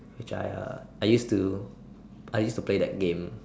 which I uh I use to play that game